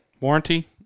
warranty